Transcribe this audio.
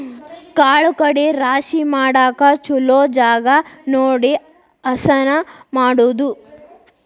ಕಾಳು ಕಡಿ ರಾಶಿ ಮಾಡಾಕ ಚುಲೊ ಜಗಾ ನೋಡಿ ಹಸನ ಮಾಡುದು